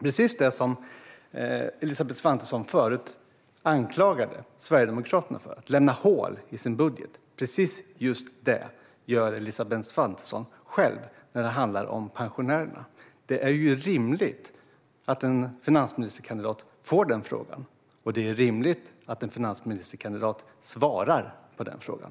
Precis det som Elisabeth Svantesson anklagade Sverigedemokraterna för förut - att lämna hål i sin budget - gör Elisabeth Svantesson själv när det handlar om pensionärerna. Det är rimligt att en finansministerkandidat får denna fråga, och det är rimligt att en finansministerkandidat svarar på den.